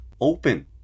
open